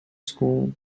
school